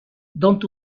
dont